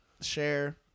share